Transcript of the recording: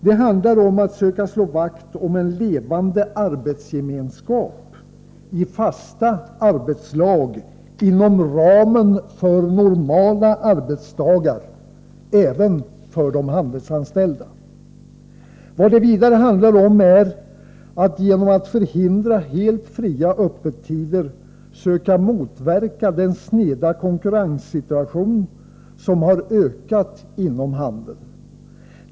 Det handlar om att söka slå vakt om en levande arbetsgemenskap i fasta arbetslag inom ramen för normala arbetsdagar — även för de handelsanställda. Vad det vidare handlar om är att man genom att förhindra helt fria öppettider söker motverka den snedvridning av konkurrenssituationen som alltmer har ökat inom handeln.